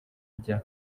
rya